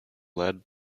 led